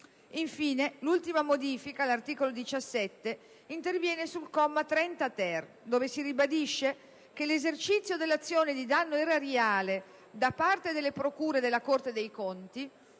Infine, all'articolo 17 si modifica il comma 30-*ter*, dove si ribadisce che l'esercizio dell'azione di danno erariale da parte delle procure della Corte dei conti